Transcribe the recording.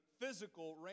physical